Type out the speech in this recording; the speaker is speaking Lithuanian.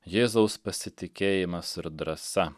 jėzaus pasitikėjimas ir drąsa